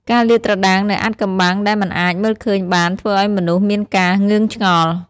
ការលាតត្រដាងនូវអាថ៌កំបាំងដែលមិនអាចមើលឃើញបានធ្វើឲ្យមនុស្សមានការងឿងឆ្ងល់។